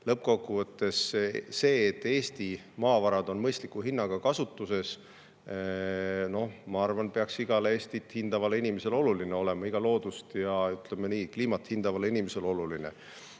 lõppkokkuvõttes see, et Eesti maavarad on mõistliku hinnaga kasutuses, noh, ma arvan, peaks igale Eestit hindavale inimesele oluline olema. Igale loodust ja kliimat hindavale inimesele oluline.